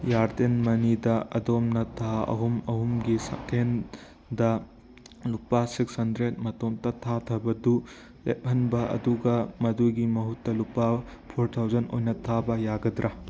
ꯏꯌꯔꯇꯦꯟ ꯃꯅꯤꯗ ꯑꯗꯣꯝꯅ ꯊꯥ ꯑꯍꯨꯝ ꯑꯍꯨꯝꯒꯤ ꯁꯛꯍꯦꯟꯗ ꯂꯨꯄꯥ ꯁꯤꯛꯁ ꯍꯟꯗ꯭ꯔꯦꯠ ꯃꯇꯣꯞꯇ ꯊꯥꯗꯕꯗꯨ ꯂꯦꯞꯍꯟꯕ ꯑꯗꯨꯒ ꯃꯗꯨꯒꯤ ꯃꯍꯨꯠꯇ ꯂꯨꯄꯥ ꯐꯣꯔ ꯊꯥꯎꯖꯟ ꯑꯣꯏꯅ ꯊꯥꯕ ꯌꯥꯒꯗ꯭ꯔ